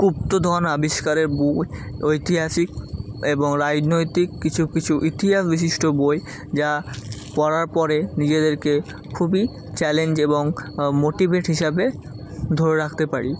গুপ্তধন আবিষ্কারের বই ঐতিহাসিক এবং রাজনৈতিক কিছু কিছু ইতিহাস বিশিষ্ট বই যা পড়ার পরে নিজেদেরকে খুবই চ্যালেঞ্জ এবং মোটিভেট হিসাবে ধরে রাখতে পারি